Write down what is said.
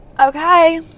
okay